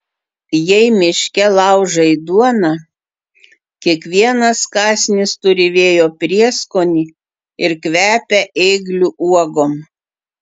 jei miške laužai duoną kiekvienas kąsnis turi vėjo prieskonį ir kvepia ėglių uogom